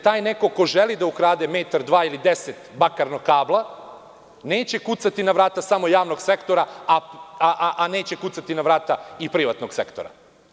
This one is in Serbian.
Taj neko ko želi da ukrade metar, dva ili 10 bakarnog kabla, neće kucati na vrata samo javnog sektora, a da ne kuca na vrata i privatnog sektora.